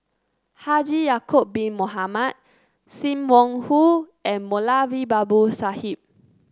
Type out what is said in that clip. Haji Ya'acob Bin Mohamed Sim Wong Hoo and Moulavi Babu Sahib